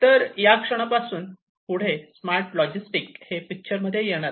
तर या क्षणापासून पुढे स्मार्ट लॉजिस्टिक हे पिक्चर मध्ये येणार आहे